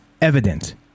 evident